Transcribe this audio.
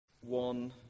one